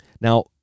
Now